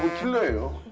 to